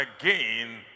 again